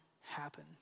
happen